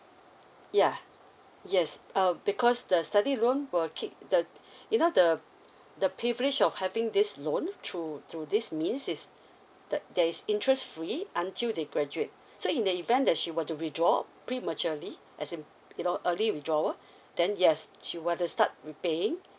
yeah yes uh because the study loan will kick the you know the the privilege of having this loan through through this means is that there is interest free until they graduate so in the event that she want to withdraw prematurely as in you know early withdrawal then yes she were to start paying